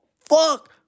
fuck